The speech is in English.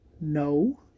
No